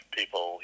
people